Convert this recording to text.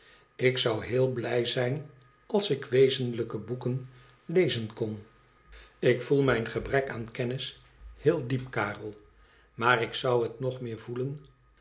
ik zou heel blij zijn als ik wezenlijke boeken lezen kon ik voel mijn sim andsr bian a ebrekaan kennis heel diep karel maar ik zou het nog meer voelen